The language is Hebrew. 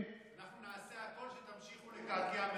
אנחנו נעשה הכול כדי שתמשיכו לקעקע מהאופוזיציה,